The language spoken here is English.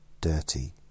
Dirty